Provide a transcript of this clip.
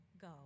go